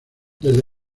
desde